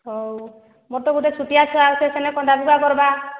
ହେଉ ମୋର ତ ଗୋଟିଏ ଛୋଟିଆ ଛୁଆ ଅଛି ସେନା କନ୍ଦା କଟା କରିବା